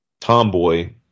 tomboy